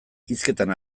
hizketan